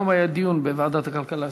היום היה דיון בוועדת הכלכלה,